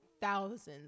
thousands